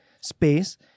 space